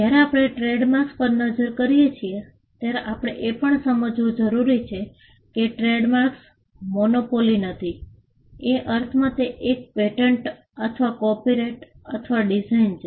જ્યારે આપણે ટ્રેડમાર્ક્સ પર નજર કરીએ છીએ ત્યારે આપણે એ પણ સમજવું જરૂરી છે કે ટ્રેડમાર્ક્સ મોનોપોલી નથી એ અર્થમાં તે એક પેટન્ટ અથવા કોપિરાઇટ અથવા ડિઝાઇન છે